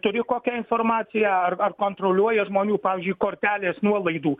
turi kokią informaciją ar ar kontroliuoja žmonių pavyzdžiui kortelės nuolaidų